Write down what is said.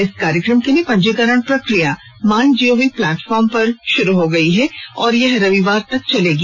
इस कार्यक्रम के लिए पंजीकरण प्रक्रिया माईगोव प्लेटफॉर्म पर शुरू हो गई है और यह रविवार तक चलेगी